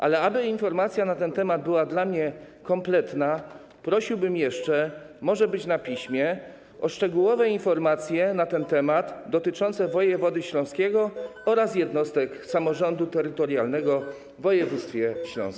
Ale aby informacja na ten temat była dla mnie kompletna, prosiłbym jeszcze, może być na piśmie, o szczegółowe informacje na ten temat dotyczące wojewody śląskiego oraz jednostek samorządu terytorialnego w województwie śląskim.